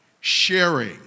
sharing